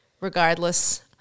regardless